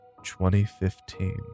2015